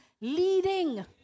leading